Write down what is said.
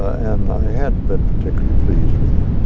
and i hadn't been particularly pleased with it.